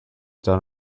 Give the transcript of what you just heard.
done